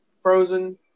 frozen